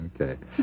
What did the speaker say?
okay